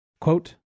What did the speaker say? Quote